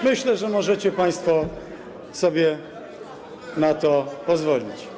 Myślę, że możecie państwo sobie na to pozwolić.